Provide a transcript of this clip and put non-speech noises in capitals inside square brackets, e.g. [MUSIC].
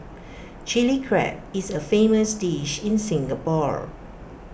[NOISE] Chilli Crab is A famous dish in Singapore